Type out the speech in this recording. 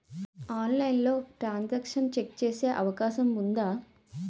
ఆన్లైన్లో transaction check చేసే అవకాశం ఉందా?